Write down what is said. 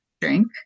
drink